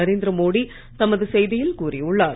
நரேந்திர மோடி தமது செய்தியில் கூறியுள்ளார்